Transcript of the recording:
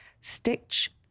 Stitch